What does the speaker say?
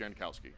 Jankowski